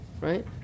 right